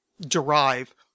derive